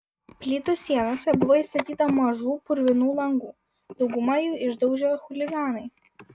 plytų sienose buvo įstatyta mažų purvinų langų daugumą jų išdaužė chuliganai